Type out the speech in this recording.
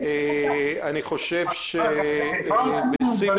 חבר הכנסת אבידר, בבקשה.